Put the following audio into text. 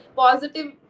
positive